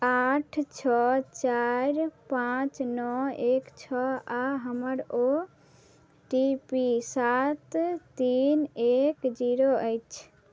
आठ छओ चारि पाँच नओ एक छओ आओर हमर ओ टी पी सात तीन एक जीरो अछि